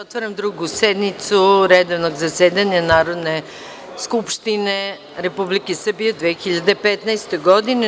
otvaram Drugu sednicu Drugog redovnog zasedanja Narodne skupštine Republike Srbije u 2015. godini.